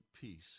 peace